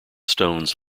stones